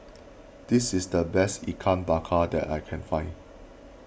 this is the best Ikan Bakar that I can find